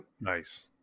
Nice